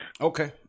Okay